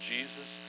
Jesus